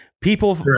people